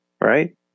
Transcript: right